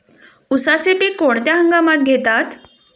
उसाचे पीक कोणत्या हंगामात घेतात?